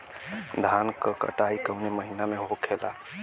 धान क कटाई कवने महीना में होखेला?